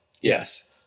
Yes